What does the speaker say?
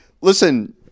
listen